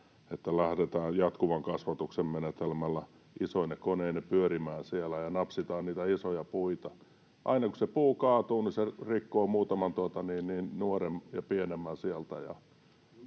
että lähdetään jatkuvan kasvatuksen menetelmällä isoine koneineen pyörimään siellä ja napsitaan niitä isoja puita. Aina kun se puu kaatuu, se rikkoo muutaman nuoren ja pienemmän sieltä.